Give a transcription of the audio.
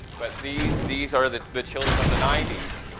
but these these are the the children of the nineties.